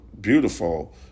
beautiful